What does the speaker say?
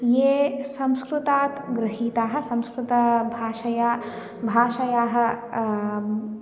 ये संस्कृतात् गृहीतः संस्कृतभाषया भाषायाः